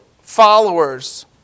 followers